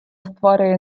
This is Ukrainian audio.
створює